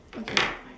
okay